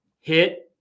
hit